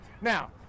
Now